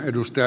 kiitos